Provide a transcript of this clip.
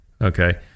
Okay